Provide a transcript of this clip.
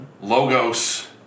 Logos